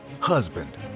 Husband